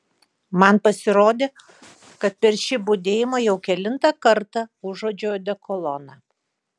man pasirodė kad per šį budėjimą jau kelintą kartą užuodžiu odekoloną